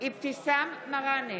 אבתיסאם מראענה,